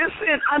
listen